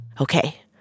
Okay